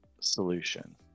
solution